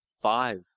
Five